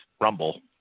Rumble